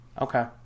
Okay